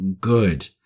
good